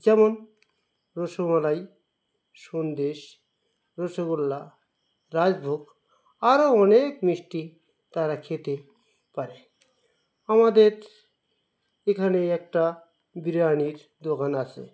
যেমন রসমলাই সন্দেশ রসগোল্লা রাজভোগ আরও অনেক মিষ্টি তারা খেতে পারে আমাদের এখানে একটা বিরিয়ানির দোকান আছে